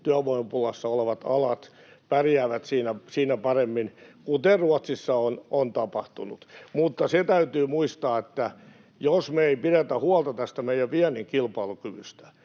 työvoimapulassa olevat alat pärjäävät siinä paremmin, kuten Ruotsissa on tapahtunut. Mutta se täytyy muistaa, että jos me ei pidetä huolta tästä meidän viennin kilpailukyvystä,